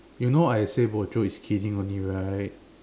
you know I say bo jio is kidding only right